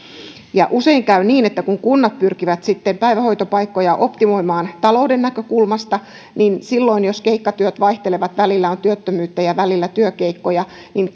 usein käy niin että kun kunnat pyrkivät sitten päivähoitopaikkoja optimoimaan talouden näkökulmasta niin silloin jos keikkatyöt vaihtelevat ja välillä on työttömyyttä ja välillä työkeikkoja